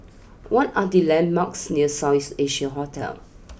what are the landmarks near South East Asia Hotel